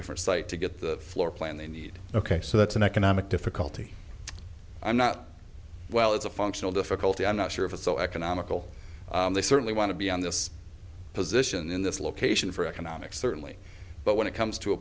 different site to get the floorplan they need ok so that's an economic difficulty i'm not well it's a functional difficulty i'm not sure if it's so economical they certainly want to be on this position in this location for economics certainly but when it comes to a